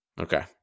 Okay